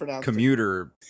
commuter